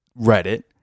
Reddit